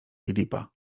filipa